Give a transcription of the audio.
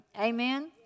Amen